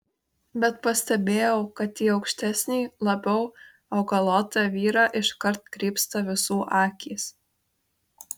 bet pastebėjau kad į aukštesnį labiau augalotą vyrą iškart krypsta visų akys